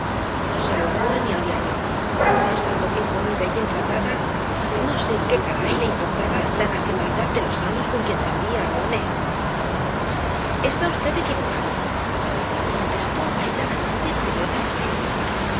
no se le ocurre ni al diaño en estando bien comida y bien tratada no sé qué caray le importaba la nacionalidad de los amos con quien servía home está v equivocado contestó airadamente el señor de febrero